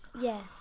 Yes